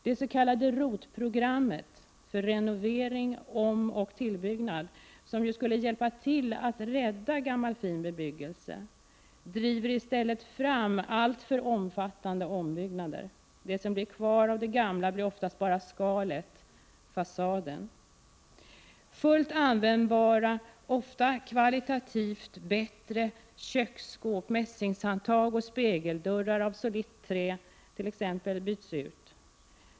Det s.k. ROT-programmet för renovering, omoch tillbyggnad, som skulle hjälpa till att rädda gammal fin bebyggelse, driver i stället fram alltför omfattande ombyggnader. Kvar av det gamla blir oftast bara skalet, fasaden. Fullt användbara, ofta kvalitativt bättre köksskåp, mässingshandtag och spegeldörrar av solitt trä t.ex., byts ut.